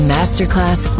Masterclass